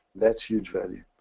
that's huge value.